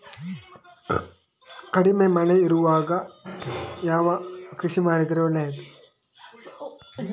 ಕಡಿಮೆ ಮಳೆ ಇರುವಾಗ ಯಾವ ಕೃಷಿ ಮಾಡಿದರೆ ಒಳ್ಳೆಯದು?